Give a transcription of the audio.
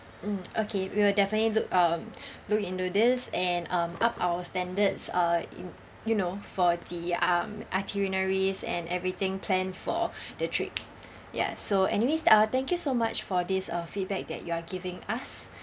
mm okay we'll definitely look um look into this and um up our standards uh in you know for the um itineraries and everything plan for the trip ya so anyways uh thank you so much for this uh feedback that you are giving us